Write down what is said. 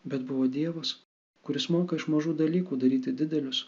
bet buvo dievas kuris moka iš mažų dalykų daryti didelius